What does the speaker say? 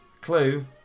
Clue